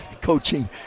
coaching